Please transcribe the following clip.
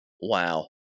Wow